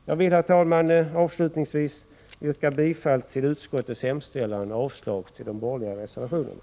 Jag vill, herr talman, avslutningsvis yrka bifall till urskottets hemställan och avslag på de borgerliga reservationerna.